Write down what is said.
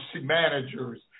managers